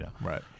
Right